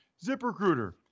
ZipRecruiter